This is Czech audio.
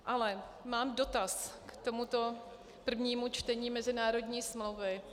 Ale mám dotaz k tomuto prvnímu čtení mezinárodní smlouvy.